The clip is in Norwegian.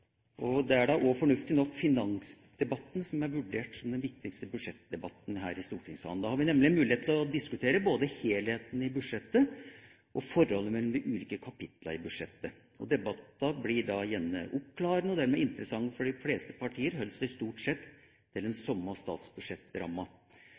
statsbudsjettet. Det er da også fornuftig nok finansdebatten som er vurdert som den viktigste budsjettdebatten her i stortingssalen. Da har vi nemlig en mulighet til å diskutere både helheten i budsjettet og forholdet mellom de ulike kapitlene i budsjettet. Debattene blir da gjerne oppklarende og dermed interessante, for de fleste partier holder seg stort sett til den